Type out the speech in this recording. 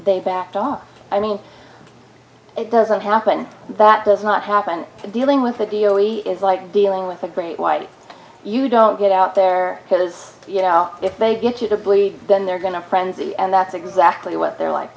they backed off i mean it doesn't happen that does not happen dealing with a deal really is like dealing with a great white you don't get out there because you know if they get you to bleed then they're going to frenzy and that's exactly what they're like